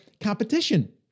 competition